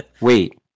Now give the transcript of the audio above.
wait